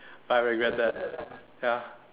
I regretted ya